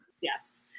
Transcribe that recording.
Yes